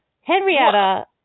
Henrietta